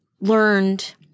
learned